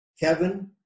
Kevin